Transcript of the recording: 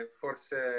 forse